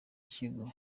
kigo